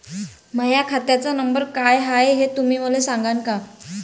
माह्या खात्याचा नंबर काय हाय हे तुम्ही मले सागांन का?